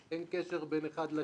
אין קשר בין אחד לשני.